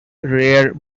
rare